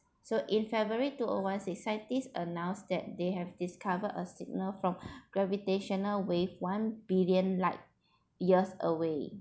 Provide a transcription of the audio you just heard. so in february two o one six scientists announced that they have discovered a signal from gravitational wave one billion light years away